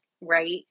right